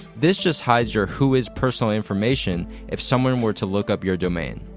this just hides your who is personal information if someone were to look up your domain.